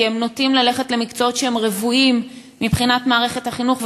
כי הם נוטים ללכת למקצועות שהם רוויים מבחינת מערכת החינוך,